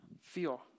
feel